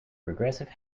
progressive